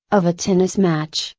of a tennis match,